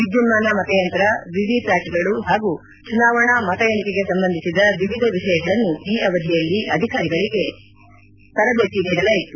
ವಿದ್ಯುನ್ನಾನ ಮತಯಂತ್ರ ವಿವಿಪ್ಲಾಟ್ಗಳು ಹಾಗೂ ಚುನಾವಣಾ ಮತ ಎಣಿಕೆಗೆ ಸಂಬಂಧಿಸಿದ ವಿವಿಧ ವಿಷಯಗಳನ್ನು ಈ ಅವಧಿಯಲ್ಲಿ ಅಧಿಕಾರಿಗಳಿಗೆ ತರಬೇತಿ ನೀಡಲಾಯಿತು